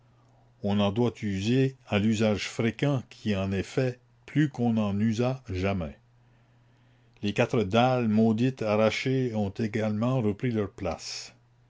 on en doit user à l'usage fréquent qui en est fait plus qu'on en usa jamais les quatre dalles maudites arrachées ont également repris leur place